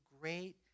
great